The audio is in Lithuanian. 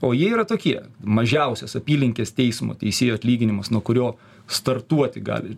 o jie yra tokie mažiausias apylinkės teismo teisėjo atlyginimas nuo kurio startuoti gali